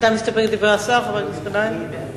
אתה מסתפק בדברי השר, חבר הכנסת גנאים?